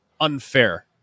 unfair